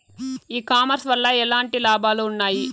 ఈ కామర్స్ వల్ల ఎట్లాంటి లాభాలు ఉన్నాయి?